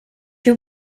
you